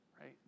right